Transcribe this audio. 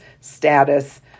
status